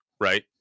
right